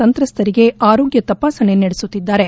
ಸಂತ್ರಸ್ಥರಿಗೆ ಆರೋಗ್ಯ ತಪಾಸಣೆ ನಡೆಸುತ್ತಿದ್ದಾರೆ